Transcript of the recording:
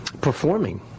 performing